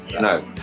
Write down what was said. no